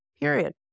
Period